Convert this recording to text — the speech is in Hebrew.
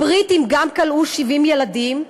הבריטים גם כלאו 70 ילדים,